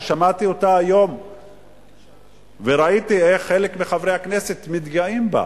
שמעתי היום וראיתי איך חלק מחברי הכנסת מתגאים בה.